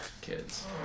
kids